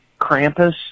Krampus